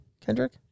Kendrick